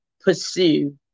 pursue